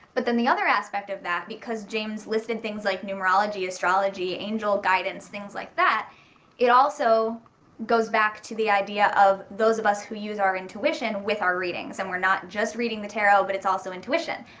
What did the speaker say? but then the other aspect of that because james listed things like numerology, astrology angel guidance things like that it also goes back to the idea of those of us who use our intuition with our readings and we're not just reading the tarot but it's also intuition.